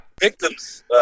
victims